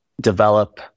develop